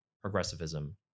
progressivism